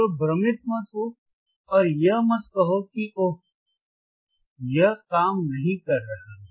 तो भ्रमित मत हो और यह मत कहो कि ओह यह काम नहीं कर रहा है